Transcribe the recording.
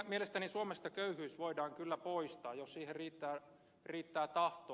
mielestäni suomesta köyhyys voidaan kyllä poistaa jos siihen riittää tahtoa